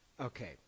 Okay